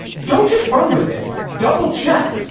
don't just run with it. double check.